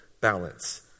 balance